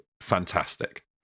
fantastic